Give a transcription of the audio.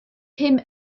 pum